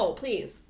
please